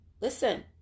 Listen